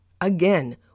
Again